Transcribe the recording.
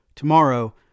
Tomorrow